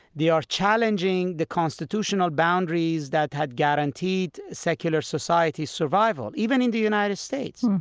they are challenging the constitutional boundaries that had guaranteed secular societies' survival, even in the united states,